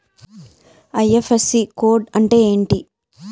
IFSC code అంటే ఏంటి?